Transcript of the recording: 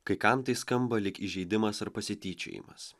kai kam tai skamba lyg įžeidimas ar pasityčiojimas